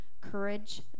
courage